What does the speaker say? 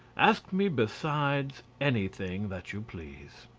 ask me besides anything that you please.